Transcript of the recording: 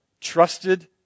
trusted